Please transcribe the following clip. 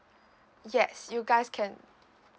yes you guys can